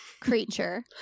creature